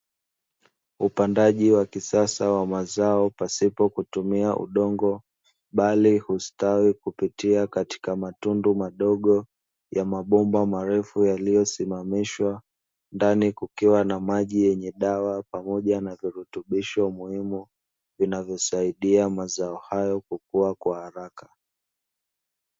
Upandaji wa kisasa wa mazao pasipo kutumia udongo, bali ustawi kupitia katika matundu madogo ya mabomba marefu yaliyosimamishwa ndani kukiwa na maji yenye dawa pamoja na virutubisho muhimu, vinavyosaidia mazao hayo kukua kwa haraka.